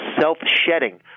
self-shedding